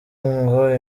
ngo